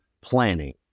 planning